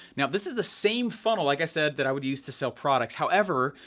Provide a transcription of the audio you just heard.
now, this is the same funnel, like i said, that i would use to sell products. however,